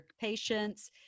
patients